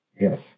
Yes